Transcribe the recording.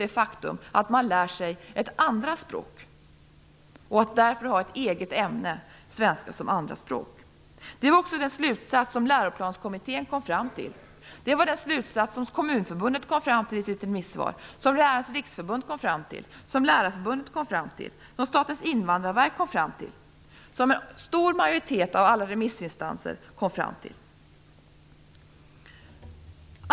Det är så man får det bästa resultatet och de mest gedigna kunskaperna i svenska språket Det var också den slutsats som Läroplanskommittén kom fram till, det var den slutsats som Kommunförbundet kom fram till i sitt remissvar, och det var den slutsats som Lärarnas Riksförbundet, Lärarförbundet, Statens invandrarverk, ja, en stor majoritet av alla remissinstanser, kom fram till.